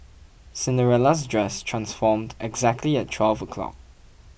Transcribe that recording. Cinderella's dress transformed exactly at twelve o' clock